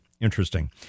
Interesting